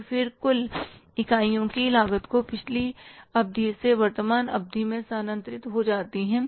और फिर कुल इकाइयों की संख्या जो पिछली अवधि से वर्तमान अवधि में स्थानांतरित हो जाती है